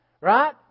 right